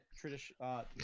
traditional